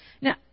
Now